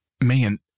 man